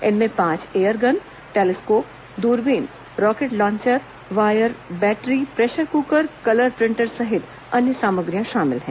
इनमें पांच air gun telescope द्रबीन rocket launcher wire battery pressure cooker colour printer सहित अन्य सामग्रियां शामिल हैं